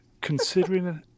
considering